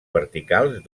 verticals